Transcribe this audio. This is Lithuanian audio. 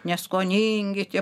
neskoningi tie